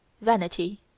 vanity